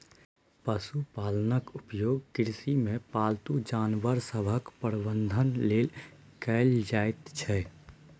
पशुपालनक उपयोग कृषिमे पालतू जानवर सभक प्रबंधन लेल कएल जाइत छै